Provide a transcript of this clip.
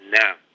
now